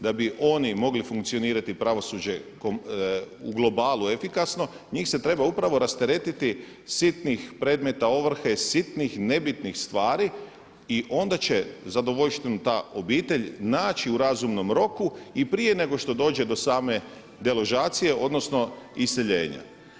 Da bi oni mogli funkcionirati pravosuđe u globalu efikasno njih se treba upravo rasteretiti sitnih predmeta ovrhe i sitnih nebitnih stvari i onda će zadovoljštinu ta obitelj naći u razumnom roku i prije nego što dođe do same deložacije odnosno iseljenja.